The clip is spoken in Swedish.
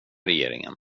regeringen